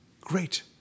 great